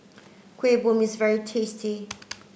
Kueh Bom is very tasty